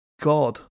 god